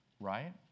right